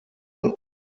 und